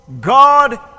God